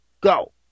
go